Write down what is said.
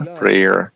prayer